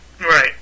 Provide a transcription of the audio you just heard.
Right